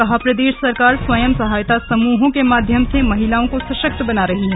कहा प्रदेश सरकार स्वयं सहायता समूहों के माध्यम से महिलाओं को सशक्त बना रही है